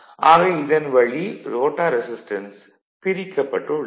ஆக இதன் வழி ரோட்டார் ரெசிஸ்டன்ஸ் பிரிக்கப்பட்டுள்ளது